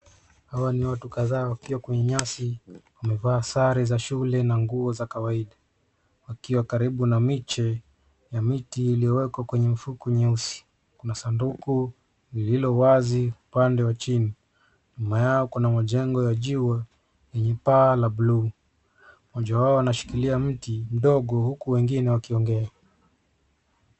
Hawa ni watu kadha wakiwa kwenye nyasi wamefaa sare za shule na nguo za kawaida wakiwa karibu na miche ya miti iliyowekwa kwenye mfuko nyeusi .Kuna sanduku lililo wasi, nyuma yao kuna chengo la juu yenye paa la blue .Moja wao anashikilia mti mdogo uku wengine wakiongea.